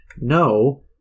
no